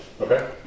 Okay